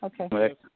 okay